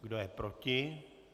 Kdo je proti?